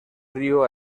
riu